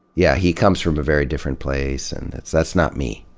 yeah, he comes from a very different place, and that's, that's not me.